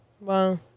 Wow